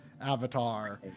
avatar